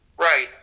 Right